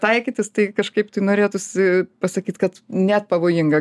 taikytis tai kažkaip tai norėtųsi pasakyt kad net pavojinga